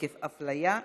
עקב הפליה),